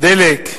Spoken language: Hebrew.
מחירי הדלק,